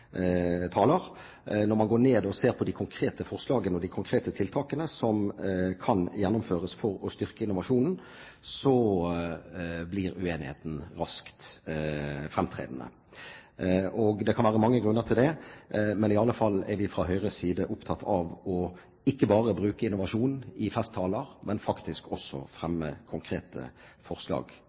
og ser på de konkrete forslagene og de konkrete tiltakene som kan gjennomføres for å styrke innovasjonen, blir uenigheten raskt fremtredende. Det kan være mange grunner til det, men i alle fall er vi fra Høyres side opptatt av ikke bare å bruke innovasjon i festtaler, men faktisk også å fremme konkrete forslag